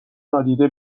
نادیده